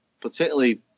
particularly